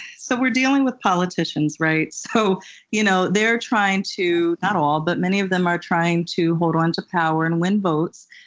so we're dealing with politicians, right? so you know they're trying to not all, but many of them are trying to hold onto power and win votes,